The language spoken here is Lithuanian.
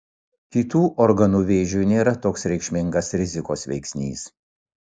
kitų organų vėžiui nėra toks reikšmingas rizikos veiksnys